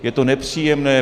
Je to nepříjemné.